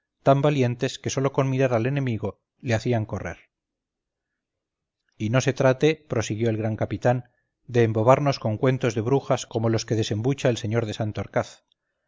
tan valientes que sólo con mirar al enemigo le hacían correr y no se trate prosiguió el gran capitán de embobarnos con cuentos de brujas como los que desembucha el sr de